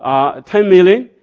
ah ten million,